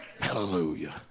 Hallelujah